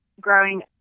growing